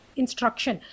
instruction